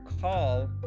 call